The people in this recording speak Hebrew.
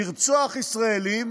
לרצוח ישראלים